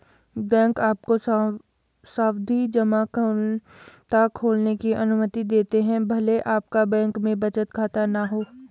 bank आपको सावधि जमा खाता खोलने की अनुमति देते हैं भले आपका बैंक में बचत खाता न हो